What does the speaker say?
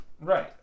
Right